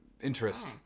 interest